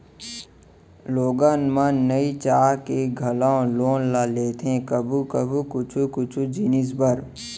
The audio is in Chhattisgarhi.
लोगन मन नइ चाह के घलौ लोन ल लेथे कभू कभू कुछु कुछु जिनिस बर